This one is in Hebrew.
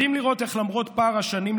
מדהים לראות איך למרות פער השנים,